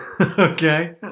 Okay